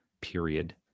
period